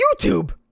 YouTube